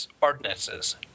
ordinances